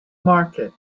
market